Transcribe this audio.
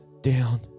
down